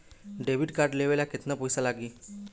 Debit card लेवे ला केतना पईसा लागी?